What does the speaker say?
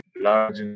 large